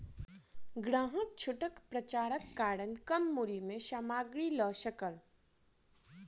ग्राहक छूटक पर्चाक कारण कम मूल्य में सामग्री लअ सकल